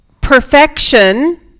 perfection